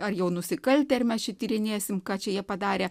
ar jau nusikaltę ir mes čia tyrinėsim ką čia jie padarė